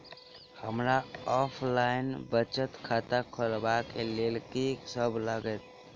हमरा ऑफलाइन बचत खाता खोलाबै केँ लेल की सब लागत?